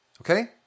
Okay